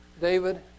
David